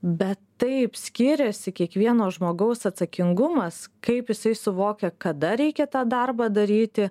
bet taip skiriasi kiekvieno žmogaus atsakingumas kaip jisai suvokia kada reikia tą darbą daryti